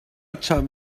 چند